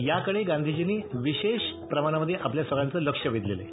याकडे गांधीजींनी विशेष प्रमाणामधे आपल्या सर्वांचं लक्ष वेधलेलं आहे